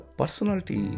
personality